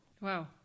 Wow